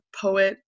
poet